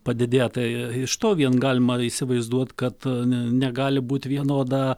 padidėja tai iš to vien galima įsivaizduot kad ne negali būt vienoda